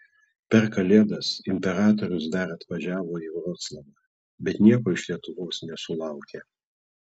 per kalėdas imperatorius dar atvažiavo į vroclavą bet nieko iš lietuvos nesulaukė